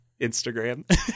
Instagram